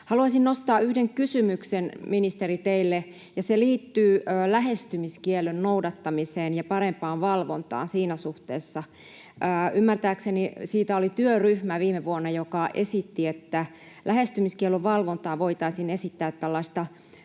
Haluaisin nostaa teille yhden kysymyksen, ministeri, ja se liittyy lähestymiskiellon noudattamiseen ja parempaan valvontaan siinä suhteessa. Ymmärtääkseni siitä oli viime vuonna työryhmä, joka esitti, että lähestymiskiellon valvontaan voitaisiin esittää tällaista